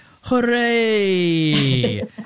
Hooray